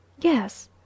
Yes